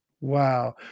Wow